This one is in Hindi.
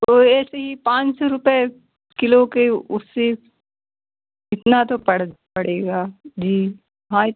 तो ऐसे ही पाँच सौ रुपये किलो के उससे इतना तो पड़ पड़ेगा जी हाँ ये